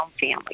family